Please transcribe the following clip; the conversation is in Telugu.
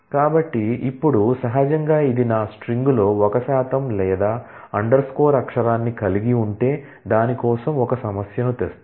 కాబట్టి ఇప్పుడు సహజంగా ఇది నా స్ట్రింగ్లో ఒక శాతం లేదా అండర్ స్కోర్ అక్షరాన్ని కలిగి ఉంటే దాని కోసం ఒక సమస్యను తెస్తుంది